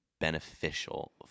beneficial